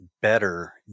better